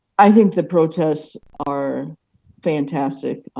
i think the protests are fantastic.